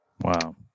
wow